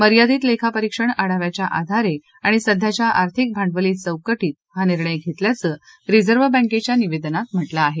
मर्यादित लेखापरीक्षण आढाव्याच्या आधारे आणि सध्याच्या आर्थिक भांडवली चौकात हा निर्णय घेतला असल्याचं रिझर्व्ह बँकेच्या निवेदनात म्हा जिं आहे